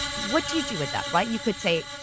what do you do with that, right? you could say,